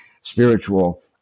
spiritual